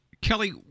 Kelly